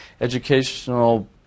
Educational